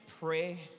pray